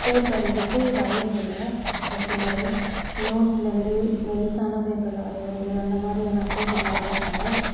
paper எடுத்து வரையிறது இல்லை ஒரு சிலர் நோட்லேருந்து மெல்லிசான பேப்பரில் வரைகிறது அந்த மாதிரியான பேப்பரில் வரைகிறாங்க